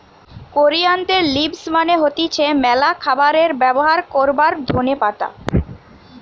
কোরিয়ানদের লিভস মানে হতিছে ম্যালা খাবারে ব্যবহার করবার ধোনে পাতা